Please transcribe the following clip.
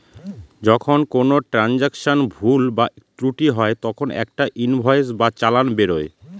যখন কোনো ট্রান্সাকশনে ভুল বা ত্রুটি হয় তখন একটা ইনভয়েস বা চালান বেরোয়